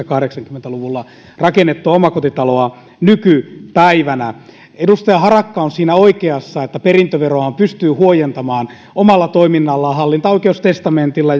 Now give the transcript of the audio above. kahdeksankymmentä luvulla rakennettua omakotitaloa on aika vaikea myydä nykypäivänä edustaja harakka on oikeassa siinä että perintöveroahan pystyy huojentamaan omalla toiminnallaan hallintaoikeustestamentilla